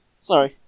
Sorry